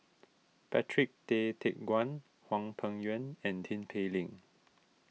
Patrick Tay Teck Guan Hwang Peng Yuan and Tin Pei Ling